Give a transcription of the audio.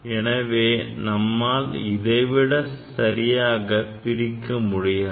எனவே நம்மால் இதைவிட சரியாக பிரிக்கமுடியாது